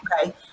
okay